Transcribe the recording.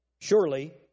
Surely